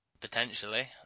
Potentially